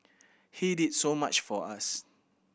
he did so much for us